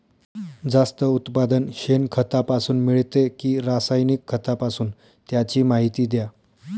जास्त उत्पादन शेणखतापासून मिळते कि रासायनिक खतापासून? त्याची माहिती द्या